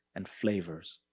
and flavors.